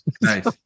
Nice